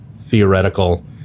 theoretical